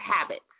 habits